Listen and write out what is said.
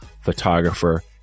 photographer